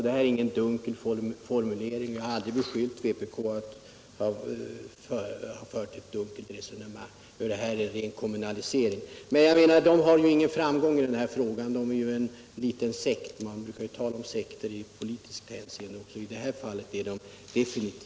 Det är inte någon dunkel formulering. Jag har aldrig beskyllt vpk för att föra ett dunkelt resonemang. Detta innebär med andra ord en kommunalisering. Vpk kommer dock inte att ha någon framgång i den här frågan. Man är en liten sekt i det politiska sammanhanget.